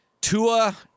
Tua